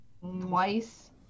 Twice